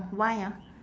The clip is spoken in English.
why ah